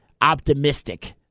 optimistic